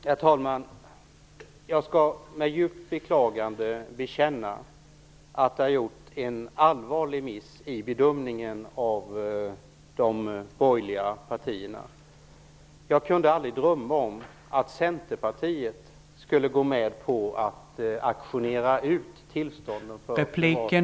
Herr talman! Jag skall med djupt beklagande bekänna att jag har gjort en allvarlig miss i bedömningen av de borgerliga partierna. Jag kunde aldrig drömma om att Centerpartiet skulle gå med på att auktionera ut tillstånden för lokalradion.